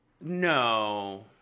No